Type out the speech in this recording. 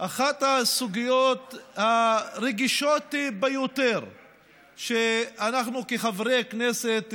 את אחת הסוגיות הרגישות ביותר שאנחנו כחברי כנסת,